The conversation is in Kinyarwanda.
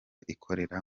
ikorera